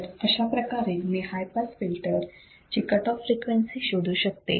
तर अशाप्रकारे मी हाय पास फिल्टर ची कट ऑफ फ्रिक्वेन्सी शोधू शकते